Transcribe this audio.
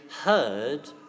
heard